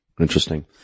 Interesting